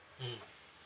mmhmm